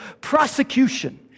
prosecution